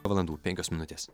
valandų penkios minutės